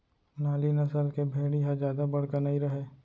नाली नसल के भेड़ी ह जादा बड़का नइ रहय